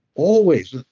always. ah